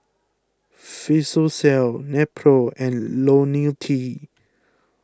Physiogel Nepro and Lonil T